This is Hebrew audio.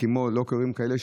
כמו לוקרים כאלה,